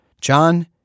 John